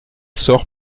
sort